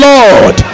Lord